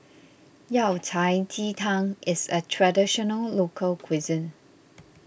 Yao Cai Ji Tang is a Traditional Local Cuisine